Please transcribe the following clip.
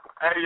hey